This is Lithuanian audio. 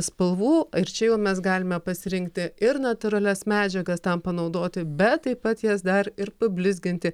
spalvų ir čia jau mes galime pasirinkti ir natūralias medžiagas tam panaudoti bet taip pat jas dar ir pablizginti